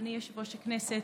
אדוני יושב-ראש הכנסת,